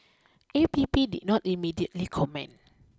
A P P did not immediately comment